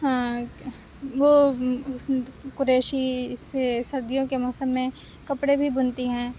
وہ کریشی سے سردیوں کے موسم میں کپڑے بھی بُنتی ہیں